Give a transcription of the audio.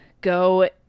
go